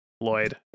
Lloyd